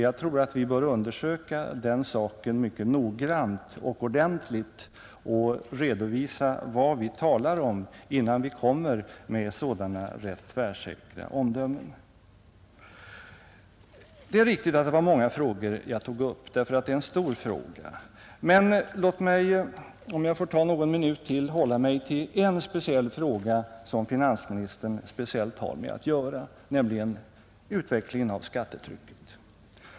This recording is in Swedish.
Jag anser att vi bör undersöka den saken mycket noggrant och ordentligt och redovisa vad vi talar om innan vi kommer med sådana rätt tvärsäkra omdömen. Det är riktigt att det var många frågor jag tog upp, därför att det är ett stort problem. Men låt mig, om jag får ta någon minut till, hålla mig till en speciell fråga som finansministern särskilt har med att göra, nämligen utvecklingen av skattetrycket.